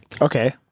Okay